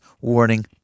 warning